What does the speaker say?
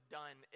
done